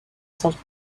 centre